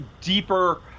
deeper